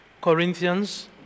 Corinthians